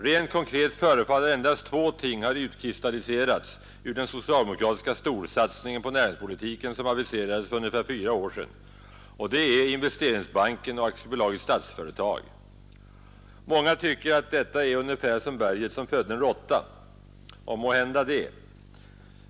Rent konkret förefaller endast två ting ha utkristalliserats ur den socialdemokratiska storsatsningen på näringspolitiken som aviserades för ungefär fyra år sedan, och det är Investeringsbanken och Statsföretag AB. Många tycker att detta är ungefär som berget som födde en råtta. Och måhända det.